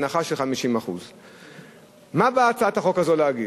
בהנחה של 50%. מה באה הצעת החוק הזאת להגיד?